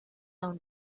own